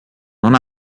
non